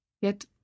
Yet